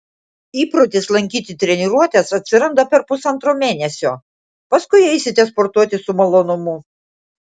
įprotis lankyti treniruotes atsiranda per pusantro mėnesio paskui eisite sportuoti su malonumu